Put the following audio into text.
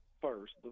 first